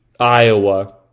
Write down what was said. Iowa